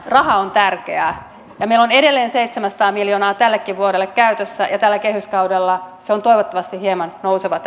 raha on tärkeää ja meillä on edelleen seitsemänsataa miljoonaa tällekin vuodelle käytössä ja tällä kehyskaudella tämä rahoituksen taso on toivottavasti hieman nouseva